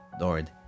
Lord